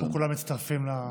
אנחנו כולנו מצטרפים לברכות שלך.